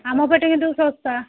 ଆମ ପଟେ କିନ୍ତୁ ଶସ୍ତା